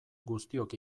guztiok